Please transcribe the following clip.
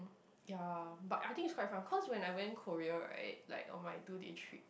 ya but I think it's quite fun cause when I went Korea right like on my two day trip